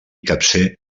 capcer